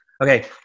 Okay